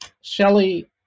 Shelley